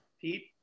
Pete